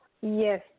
yes